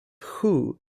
hoo